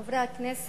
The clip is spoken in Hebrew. תודה רבה, חברי הכנסת,